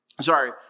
Sorry